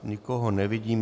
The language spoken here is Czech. Nikoho nevidím.